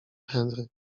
henry